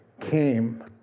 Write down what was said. came